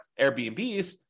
Airbnbs